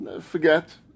forget